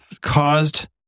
caused